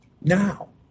now